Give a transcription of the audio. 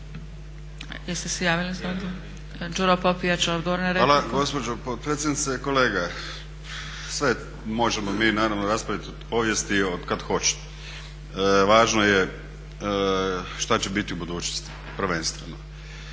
na repliku. **Popijač, Đuro (HDZ)** Hvala gospođo potpredsjednice. Kolega sve možemo mi naravno raspraviti od povijesti od kada hoćete, važno je što će biti u budućnosti, prvenstveno.